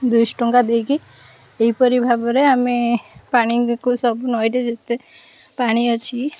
ଦୁଇ ଶହ ଟଙ୍କା ଦେଇକି ଏହିପରି ଭାବରେ ଆମେ ପାଣିକୁ ସବୁ ନଈରେ ଯେତେ ପାଣି ଅଛି